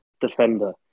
defender